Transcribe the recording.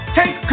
take